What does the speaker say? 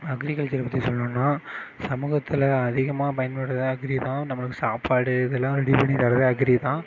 அக்ரிகல்ச்சரை பற்றி சொல்ணுன்னால் சமூகத்தில் அதிகமாக பயன்படுவது அக்ரி தான் நம்மளுக்கு சாப்பாடு இதெல்லாம் ரெடி பண்ணி தரது அக்ரி தான்